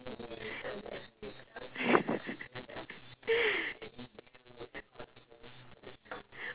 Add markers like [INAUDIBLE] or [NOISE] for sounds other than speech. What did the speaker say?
[LAUGHS]